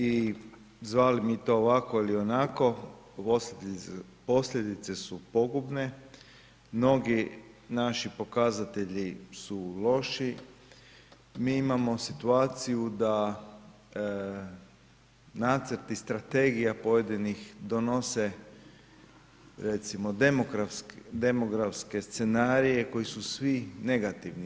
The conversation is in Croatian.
I zvali mi to ovako ili onako, posljedice su pogubne mnogi naši pokazatelji su loši, mi imamo situaciju da nacrti strategija pojedini donose recimo demografske scenarije koji su svi negativni.